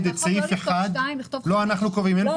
אל תגידי את זה אפילו בצחוק.